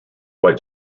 white